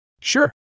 Sure